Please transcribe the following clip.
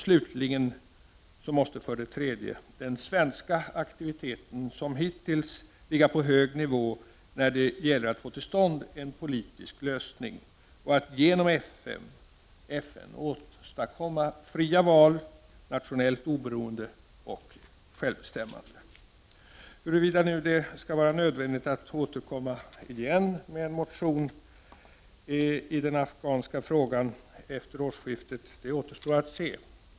Slutligen och för det tredje måste den svenska aktiviteten som hittills ligga på hög nivå när det gäller att få till stånd en politisk lösning och att genom FN åstadkomma fria val, nationellt oberoende och självbestämmande. Huruvida det skall vara nödvändigt att efter årsskiftet återkomma med en motion i den afghanska frågan återstår att se.